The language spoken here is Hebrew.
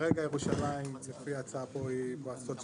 כרגע ירושלים לפי ההצעה פה היא בסוציואקונומי